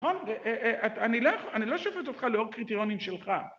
‫אני לא שופט אותך ‫לאור קריטריונים שלך.